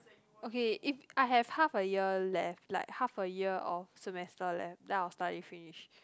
okay if I have half a year left like half a year of semester left then I will study finish